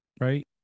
right